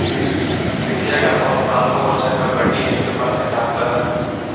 Fixed account ನಾಲ್ಕು ವರ್ಷಕ್ಕ ಬಡ್ಡಿ ಎಷ್ಟು ಪರ್ಸೆಂಟ್ ಆಗ್ತದ?